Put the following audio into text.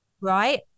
Right